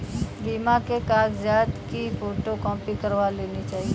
बीमा के कागजात की फोटोकॉपी करवा लेनी चाहिए